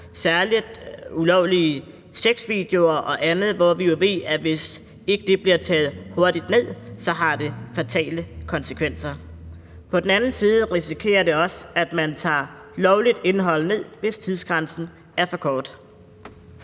særlig ulovlige sexvideoer og andet, hvor vi jo ved, at hvis ikke det bliver taget hurtigt ned, har det fatale konsekvenser. På den anden side risikerer vi også, at man tager lovligt indhold ned, hvis tidsfristen er for kort.